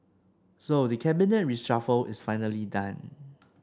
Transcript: so the Cabinet reshuffle is finally done